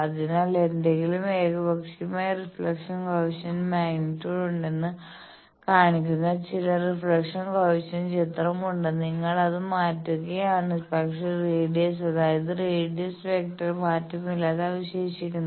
അതിനാൽ ഏതെങ്കിലും ഏകപക്ഷീയമായ റിഫ്ലക്ഷൻ കോയെഫിഷ്യന്റ് മാഗ്നിറ്റ്യൂഡ് ഉണ്ടെന്ന് കാണിക്കുന്ന ചില റിഫ്ലക്ഷൻ കോയെഫിഷ്യന്റ് ചിത്രം ഉണ്ട് നിങ്ങൾ അത് മാറ്റുകയാണ് പക്ഷേ റേഡിയസ് അതായത് റേഡിയസ് വെക്റ്റർ മാറ്റമില്ലാതെ അവശേഷിക്കുന്നു